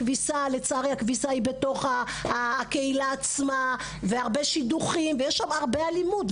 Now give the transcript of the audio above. לצערי הכביסה היא בתוך הקהילה עצמה והרבה שידוכים ויש שם הרבה אלימות,